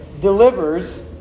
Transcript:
delivers